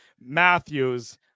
Matthews